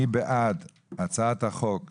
מי בעד הצעת החוק כולו,